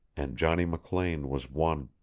and johnny mclean was one.